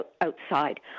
outside